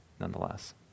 nonetheless